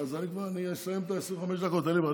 אז אני אסיים את 25 הדקות, אין לי בעיה.